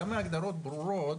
גם אם ההגדרות ברורות,